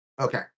Okay